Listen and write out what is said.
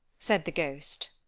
said the ghost.